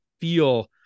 feel